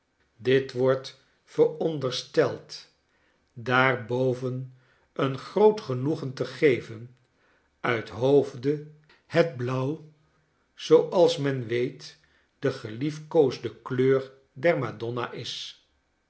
dit wordt verondersteld daar boven een groot genoegen te geven uit hoofde het blauw zooals men weet de geliefkoosde kleur der madonna is